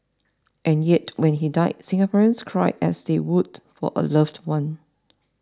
and yet when he died Singaporeans cried as they would for a loved one